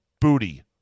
Booty